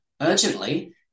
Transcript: urgently